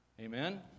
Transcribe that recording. Amen